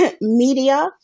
media